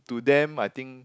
to them I think